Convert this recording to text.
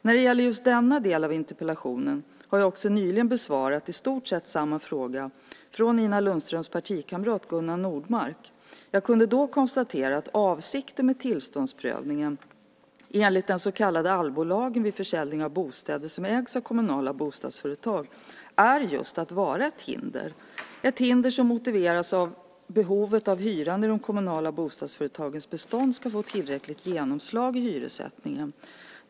När det gäller just denna del av interpellationen har jag också nyligen besvarat i stort sett samma fråga från Nina Lundströms partikamrat Gunnar Nordmark . Jag kunde då konstatera att avsikten med tillståndsprövningen enligt den så kallade allbolagen vid försäljningen av bostäder som ägs av kommunala bostadsföretag är just att vara ett hinder, ett hinder som motiveras av behovet av att hyran i de kommunala bostadsföretagens bestånd ska få tillräckligt genomslag i hyressättningen.